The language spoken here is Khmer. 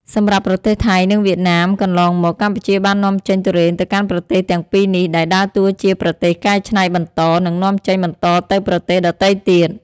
សម្រាប់ប្រទេសថៃ និងវៀតណាមកន្លងមក កម្ពុជាបាននាំចេញទុរេនទៅកាន់ប្រទេសទាំងពីរនេះ ដែលដើរតួជាប្រទេសកែច្នៃបន្ត និងនាំចេញបន្តទៅប្រទេសដទៃទៀត។